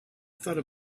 thought